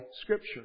Scripture